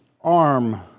arm